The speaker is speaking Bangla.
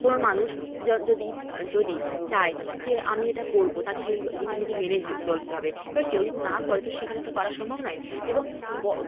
কোনো মানুষজন যদি যদি চায় যে আমি এটা করবো তাকে সেই রীতি নীতি মেনে চলতে হবে এবার কেউ যদি না করে তো সেখানে তো করা সম্ভব নয় এবং ব